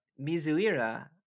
Mizuira